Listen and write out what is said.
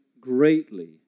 greatly